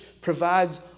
provides